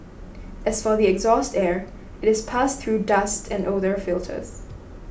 as for the exhaust air it is passed through dust and odour filters